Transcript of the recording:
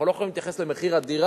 אנחנו לא יכולים להתייחס למחיר הדירה,